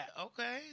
Okay